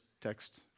text